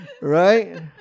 Right